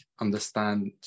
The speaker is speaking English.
understand